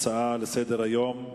הצעה לסדר-היום מס'